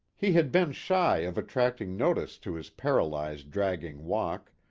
he had been shy of attracting notice to his paralyzed dragging walk,